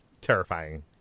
terrifying